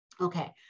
Okay